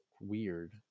weird